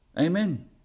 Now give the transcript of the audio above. Amen